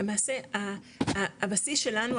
למעשה הבסיס שלנו,